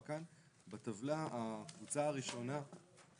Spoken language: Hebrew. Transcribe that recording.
דירה ראשונה,